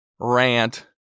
rant